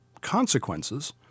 consequences